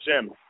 Jim